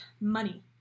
money